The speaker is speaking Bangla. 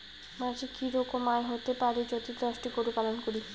মাসিক কি রকম আয় হতে পারে যদি দশটি গরু পালন করি?